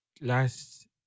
last